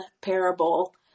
parable